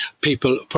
people